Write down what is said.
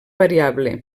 variable